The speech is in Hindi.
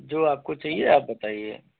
जो आपको चाहिए आप बताइए